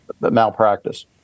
malpractice